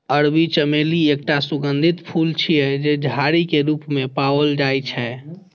अरबी चमेली एकटा सुगंधित फूल छियै, जे झाड़ी के रूप मे पाओल जाइ छै